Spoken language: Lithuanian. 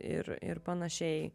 ir ir panašiai